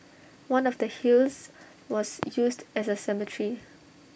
one of the hills was used as A cemetery